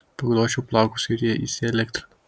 paglosčiau plaukus ir jie įsielektrino